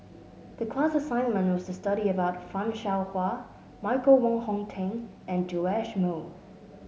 the class assignment was to study about Fan Shao Hua Michael Wong Hong Teng and Joash Moo